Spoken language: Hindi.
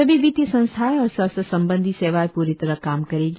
सभी वित्तीय संस्थाएं और स्वास्थ्य संबंधी सेवाएं पूरी तरह काम करेंगी